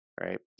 Right